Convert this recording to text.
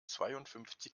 zweiundfünfzig